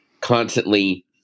constantly